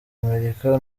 amerika